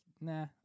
nah